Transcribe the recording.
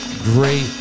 great